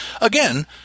Again